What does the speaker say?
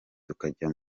tukajya